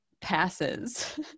passes